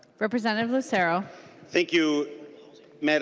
representative lucero thank you mme.